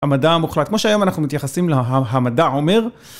המדע המוחלט. כמו שהיום אנחנו מתייחסים ל'המדע אומר'.